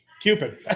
cupid